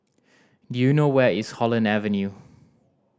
do you know where is Holland Avenue